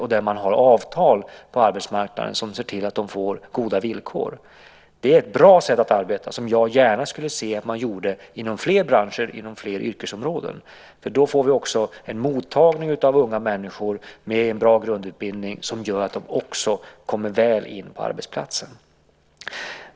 Man har också avtal på arbetsmarknaden som ser till att de får goda villkor. Det är ett bra sätt att arbeta, och jag skulle gärna se att man gjorde detta inom fler branscher och inom fler yrkesområden. Då får vi en mottagning av unga människor med en bra grundutbildning som gör att de också kommer väl in på arbetsplatsen.